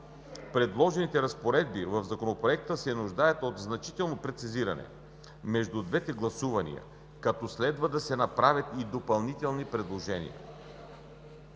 предложените разпоредби в Законопроекта се нуждаят от значително прецизиране между двете гласувания, като следва да се направят и допълнителни предложения,